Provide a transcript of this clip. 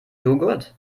joghurt